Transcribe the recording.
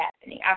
happening